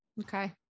Okay